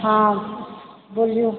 हँ बोलिऔ